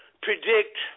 predict